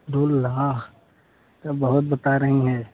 दो लाख बहुत बता रही हैं